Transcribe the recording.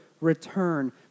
return